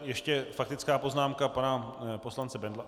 Ještě faktická poznámka pana poslance Bendla?